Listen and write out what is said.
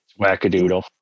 wackadoodle